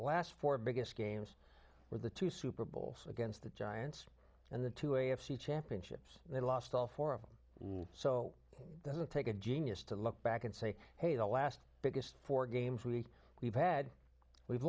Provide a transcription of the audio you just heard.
the last four biggest games were the two super bowls against the giants and the two a f c championships and they lost all four of them so it doesn't take a genius to look back and say hey the last biggest four games week we've had we've